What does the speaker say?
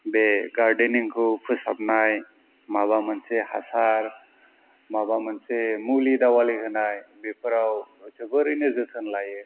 बे गारदेनिंखौ फोसाबनाय माबा मोनसे हासार माबा मोनसे मुलि दावालि होनाय बेफोराव जोबोरैनो जोथोन लायो